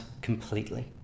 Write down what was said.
completely